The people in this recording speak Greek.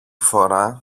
φορά